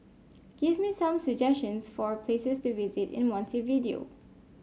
give me some suggestions for places to visit in Montevideo